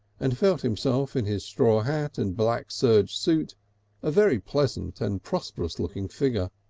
and felt himself in his straw hat and black serge suit a very pleasant and prosperous-looking figure.